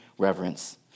reverence